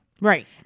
Right